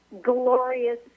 glorious